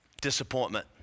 disappointment